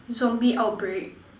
zombie outbreak